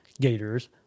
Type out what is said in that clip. Gators